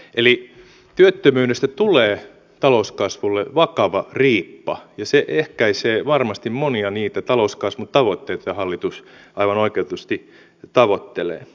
eli työttömyydestä tulee talouskasvulle vakava riippa ja se ehkäisee varmasti monia niitä talouskasvun tavoitteita joita hallitus aivan oikeutetusti tavoittelee